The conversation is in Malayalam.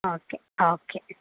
ആ ഓക്കെ ഓക്കെ